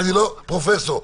פרופסור.